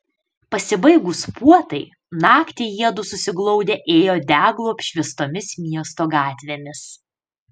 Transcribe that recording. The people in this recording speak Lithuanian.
pasibaigus puotai naktį jiedu susiglaudę ėjo deglų apšviestomis miesto gatvėmis